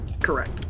Correct